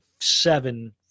seven